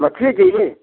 मछली चाहिए